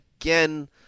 again